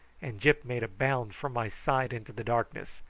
and gyp made a bound from my side into the darkness,